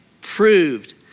proved